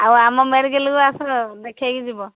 ଆଉ ଆମ ମେଡ଼ିକାଲ୍କୁ ଆସ ଦେଖେଇକି ଯିବ